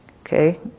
Okay